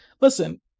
Listen